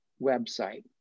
website